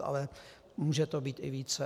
Ale může to být i více.